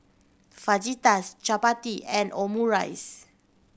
Fajitas Chapati and Omurice